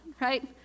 right